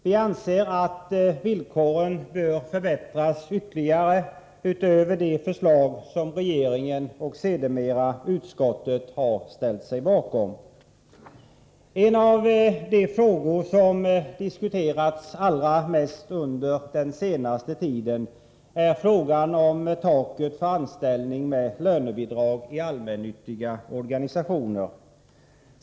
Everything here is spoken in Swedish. Vi anser att villkoren bör förbättras ytterligare utöver det förslag som regeringen och sedermera utskottet har ställt sig bakom. En av de frågor som diskuterats allra mest under den senaste tiden är frågan om taket för anställning med lönebidrag i allmännyttiga organisationer.